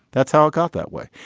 that's how it got that way.